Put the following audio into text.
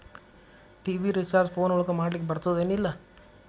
TV recharge phone ಒಳಗ ಮಾಡ್ಲಿಕ್ ಬರ್ತಾದ ಏನ್ ಇಲ್ಲ?